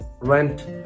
rent